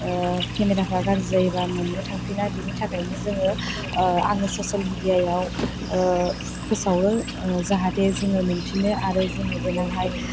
camera फोरा गाज्रि जायोबा मोननो थांफिना बेनि थाखायनो जोङो आङो ससियेल मिडिया आव फोसावो जाहाथे जोङो मोनफिनो आरो जोङो देनांहाय